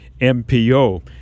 MPO